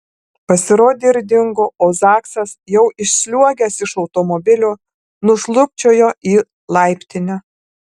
pasirodė ir dingo o zaksas jau išsliuogęs iš automobilio nušlubčiojo į laiptinę